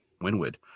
Winwood